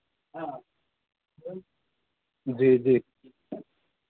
जी जी